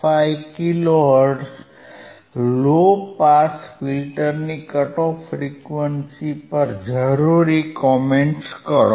5 kilo hertz low pass ફિલ્ટરની cut off frequency પર જરુરી કોમેંટ્સ કરો